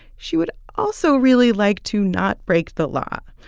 she would also really like to not break the law.